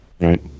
right